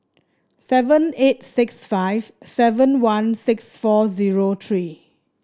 seven eight six five seven one six four zero three